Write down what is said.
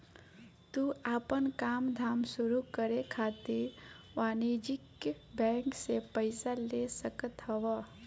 तू आपन काम धाम शुरू करे खातिर वाणिज्यिक बैंक से पईसा ले सकत हवअ